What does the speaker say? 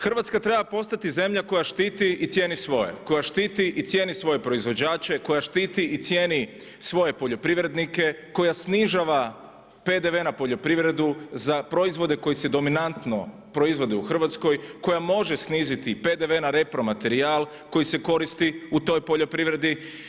Hrvatska treba postati zemlja koja štiti i cijeni svoje, koja štiti i cijeni svoje proizvođače, koja štiti i cijeni svoje poljoprivrednike, koja snižava PDV na poljoprivredu za proizvode koji se dominantno proizvode u Hrvatskoj, koja može sniziti PDV na repro materijal koji se koristi u toj poljoprivredi.